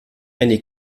eine